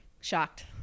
shocked